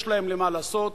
יש להם מה לעשות,